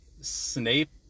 Snape